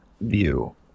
view